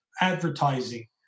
advertising